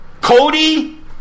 Cody